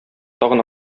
тагын